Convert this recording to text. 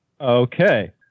Okay